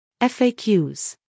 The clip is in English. FAQs